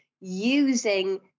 using